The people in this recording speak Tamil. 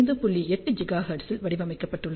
8 ஜிகாஹெர்ட்ஸில் வடிவமைக்கப்பட்டுள்ளது